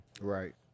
Right